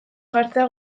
jartzea